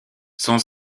son